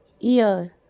Ear